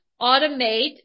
automate